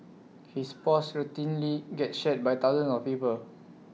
his posts routinely get shared by thousands of people